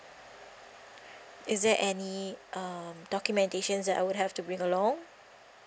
is there any um documentations that I will have to bring along